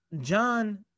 John